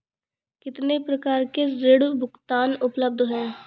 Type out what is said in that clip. कितनी प्रकार के ऋण भुगतान उपलब्ध हैं?